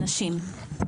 נשים.